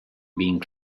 being